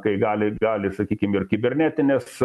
kai gali gali sakykim ir kibernetinės